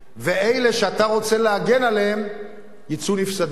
ואלה שאתה רוצה להגן עליהם יצאו נפסדים.